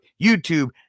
YouTube